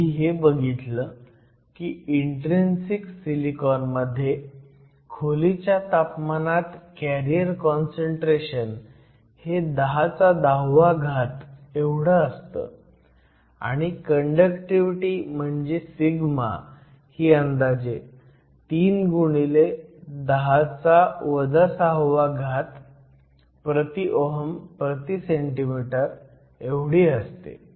आपण आधी हे बघितलं की इन्ट्रीन्सिक सिलिकॉन मध्ये खोलीच्या तापमानात कॅरियर काँसंट्रेशन हे 1010 एवढं असतं आणि कंडक्टिव्हिटी म्हणजे सिग्मा ही अंदाजे 3 x 10 6 Ω 1 cm 1 एवढी असते